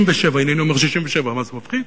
הנה, אני אומר: 67'. מה, זה מפחיד?